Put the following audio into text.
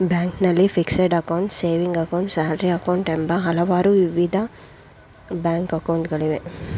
ಬ್ಯಾಂಕ್ನಲ್ಲಿ fixed account, saving account, salary account, ಎಂಬ ಹಲವಾರು ವಿಧದ ಬ್ಯಾಂಕ್ ಅಕೌಂಟ್ ಗಳಿವೆ